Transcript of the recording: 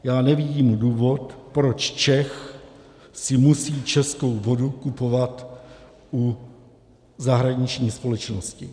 Já nevidím důvod, proč si Čech musí českou vodu kupovat u zahraniční společnosti.